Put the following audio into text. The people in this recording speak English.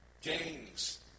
gangs